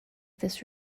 this